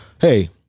hey